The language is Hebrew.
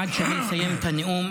עד שאני אסיים את הנאום,